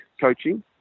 coaching